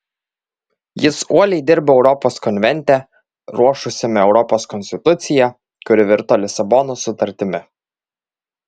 jis uoliai dirbo europos konvente ruošusiame europos konstituciją kuri virto lisabonos sutartimi